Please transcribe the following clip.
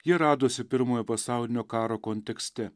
ji radosi pirmojo pasaulinio karo kontekste